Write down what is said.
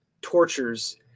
tortures